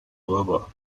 بابا